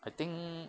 I think